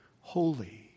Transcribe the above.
holy